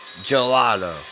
gelato